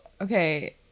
Okay